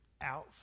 out